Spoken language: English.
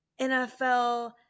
NFL